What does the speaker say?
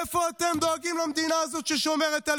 איפה אתם דואגים למדינה הזאת, ששומרת עליכם?